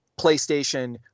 PlayStation